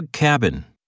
cabin